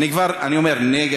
אני אומר: נגד.